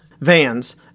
vans